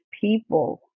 people